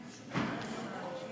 אני מדברת על ההורים,